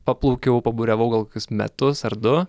paplaukiau paburiavau gal kokius metus ar du